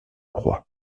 croix